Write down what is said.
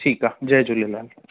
ठीकु आहे जय झूलेलाल